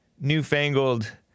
newfangled